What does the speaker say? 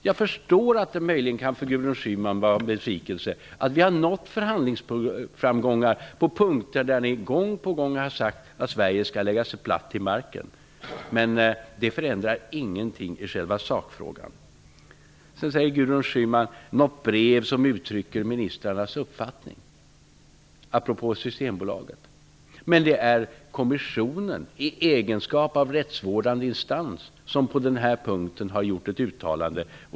Jag förstår att det möjligen kan vara en besvikelse för Gudrun Schyman att vi har nått förhandlingsframgångar på punkter där ni gång på gång har sagt att Sverige kommer att lägga sig platt. Men det förändrar ingenting i själva sakfrågan. Gudrun Schyman talar apropå Systembolaget om ett brev som uttrycker ministrarnas uppfattning. Men det är kommissionen, i egenskap av rättsvårdande instans, som på den här punkten har gjort ett uttalande.